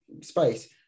space